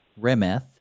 Remeth